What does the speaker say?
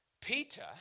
Peter